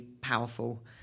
powerful